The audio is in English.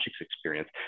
experience